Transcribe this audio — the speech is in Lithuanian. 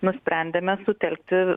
nusprendėme sutelkti